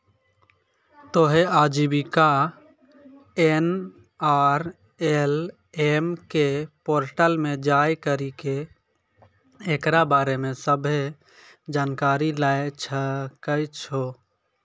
तोहें आजीविका एन.आर.एल.एम के पोर्टल पे जाय करि के एकरा बारे मे सभ्भे जानकारी लै सकै छो